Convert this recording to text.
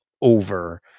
over